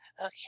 Okay